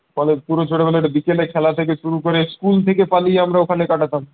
ফলে পুরো ছোটবেলাটা বিকেলে খেলা থেকে শুরু করে স্কুল থেকে পালিয়ে আমরা ওখানে কাটাতাম